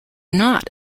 not